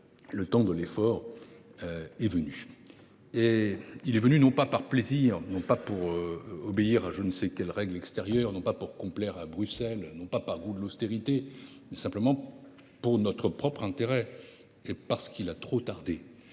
le temps de l’effort est venu, non par plaisir, non pour obéir à je ne sais quelle règle extérieure, non pour complaire à Bruxelles, non par goût de l’austérité, mais simplement dans notre propre intérêt et parce que nous avons trop tardé.